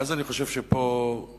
ואז אני חושב שפה שוב